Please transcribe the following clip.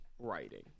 writing